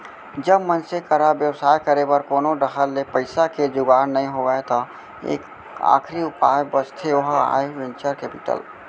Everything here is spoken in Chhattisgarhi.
जब मनसे करा बेवसाय करे बर कोनो डाहर ले पइसा के जुगाड़ नइ होय त एक आखरी उपाय बचथे ओहा आय वेंचर कैपिटल